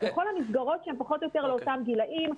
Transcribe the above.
לכל המסגרות שהן פחות או יותר לאותם גילים,